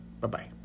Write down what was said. Bye-bye